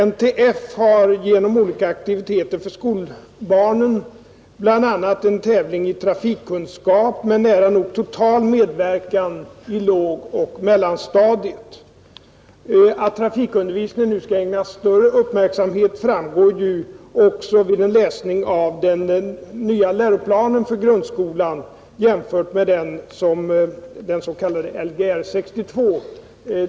NTF har olika aktiviteter för skolbarnen — bl.a. en tävling i trafikkunskap med nära nog total medverkan på lågoch mellanstadiet. Att trafikundervisningen nu skall ägnas större uppmärksamhet framgår ju också vid en läsning av den nya läroplanen för grundskolan jämfört med den s.k. Lgr 62.